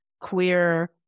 queer